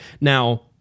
Now